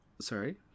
sorry